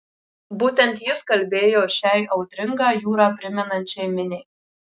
būtent jis kalbėjo šiai audringą jūrą primenančiai miniai